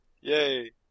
Yay